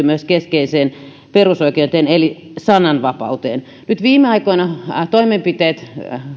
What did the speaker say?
myös keskeiseen perusoikeuteen eli sananvapauteen nyt viime aikoina toimenpiteet